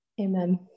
Amen